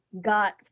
got